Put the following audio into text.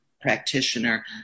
practitioner